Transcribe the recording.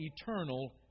eternal